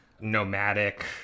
nomadic